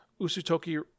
Usutoki